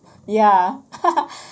ya